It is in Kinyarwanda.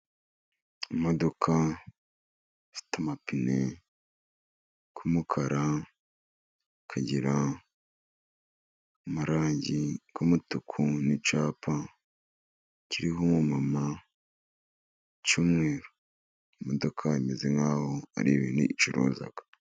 Imodoka ifite amapine y'umukara, ikagira amarangi y'umutuku n'icyapa kiriho umumama cy'umweru, imodoka imeze nkaho ari ibintu icuruza.